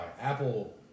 Apple